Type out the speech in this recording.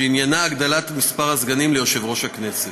שעניינה הגדלת מספר הסגנים ליושב-ראש הכנסת.